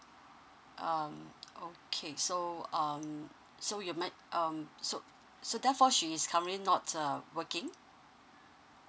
um okay so um so you might um so so therefore she's currently not working